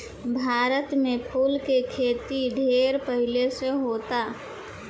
भारत में फूल के खेती ढेर पहिले से होता